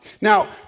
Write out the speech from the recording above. Now